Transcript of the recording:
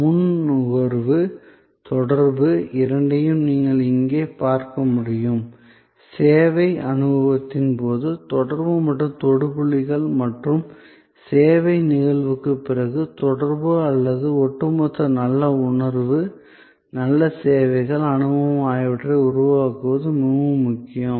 முன் நுகர்வு தொடர்பு இரண்டையும் நீங்கள் இங்கே பார்க்க முடியும் சேவை அனுபவத்தின் போது தொடர்பு மற்றும் தொடு புள்ளிகள் மற்றும் சேவை நிகழ்வுக்குப் பிறகு தொடர்பு அல்லது ஒட்டுமொத்த நல்ல உணர்வு நல்ல சேவைகள் அனுபவம் ஆகியவற்றை உருவாக்குவது மிகவும் முக்கியம்